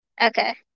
Okay